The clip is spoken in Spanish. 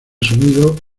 sonido